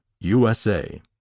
USA